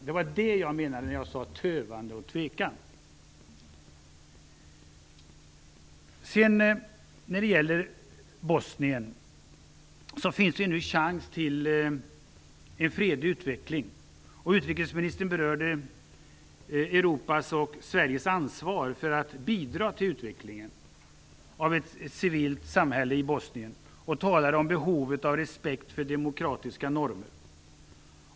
Det var detta jag menade när jag talade om tövan och tvekan. När det gäller Bosnien finns det nu chans till en fredlig utveckling. Utrikesministern berörde Europas och Sveriges ansvar för att bidra till utvecklingen av ett civilt samhälle i Bosnien. Hon talade om behovet av respekt för demokratiska normer.